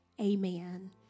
amen